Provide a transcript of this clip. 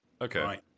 okay